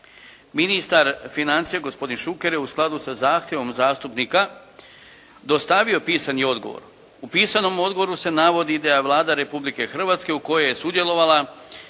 Ministar financija gospodin Šuker je u skladu sa zahtjevom zastupnika dostavio pisani odgovor. U pisanom odgovoru se navodi da Vlada Republike Hrvatske u kojoj je sudjelovala